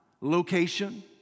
location